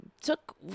took